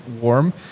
warm